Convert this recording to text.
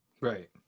right